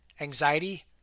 anxiety